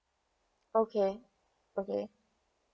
okay okay